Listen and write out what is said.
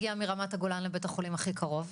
להגיע מרמת הגולן לבית החולים הכי קרוב?